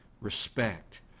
respect